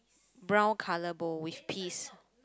brown color bowl with piece